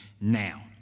now